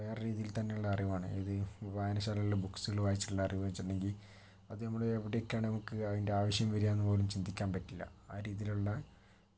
വേറെ രീതിയിൽ തന്നെയുള്ള അറിവാണ് ഇത് വായനശാലയിൽ ബുക്സുകൾ വായിച്ചിട്ടുള്ള അറിവ് വച്ചിട്ടുണ്ടെങ്കിൽ അത് നമ്മൾ എവിടെയൊക്കെയാണ് നമുക്ക് അതിൻ്റെ ആവിശ്യം വരികയെന്നുപോലും ചിന്തിക്കാൻ പറ്റില്ല ആ രീതിയിലുള്ള